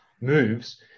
moves